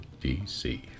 dc